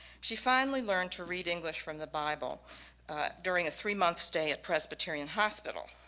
she finally learned to read english from the bible during a three-month stay at presbyterian hospital.